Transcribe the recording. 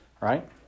Right